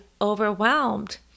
overwhelmed